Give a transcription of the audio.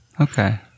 Okay